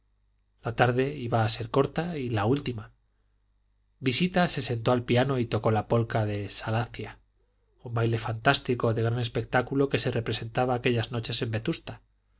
la tarde iba a ser corta y la última visita se sentó al piano y tocó la polka de salacia un baile fantástico de gran espectáculo que se representaba aquellas noches en vetusta